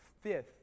fifth